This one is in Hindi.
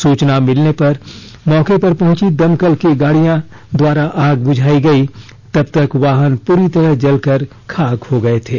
सूचना मिलने तक मौके पर पहुंची दमकल की गाड़ियों द्वारा आग बुझाई गई तब तक वाहन पूरी तरह जलकर खाक हो गए थे